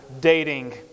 dating